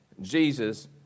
Jesus